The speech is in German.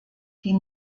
die